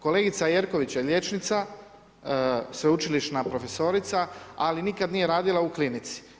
Kolegica Jerković je liječnica, sveučilišna profesorica ali nikada nije radila u klinici.